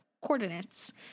coordinates